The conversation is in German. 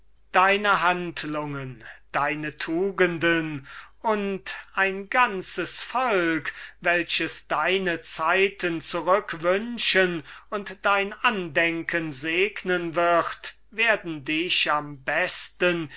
deine handlungen deine tugenden und ein ganzes volk welches deine zeiten zurückwünschen und dein andenken segnen wird werden dich am besten